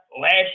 last